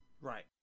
Right